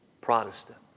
Protestant